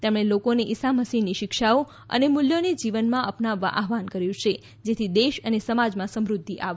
તેમણે લોકોએ ઇસા મસીહની શિક્ષાઓ અને મૂલ્યોને જીવનમાં અપનાવવા આહવાહન કર્યું જેથી દેશ અને સમાજમાં સમૃધ્ધિ આવશે